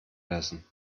lassen